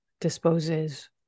disposes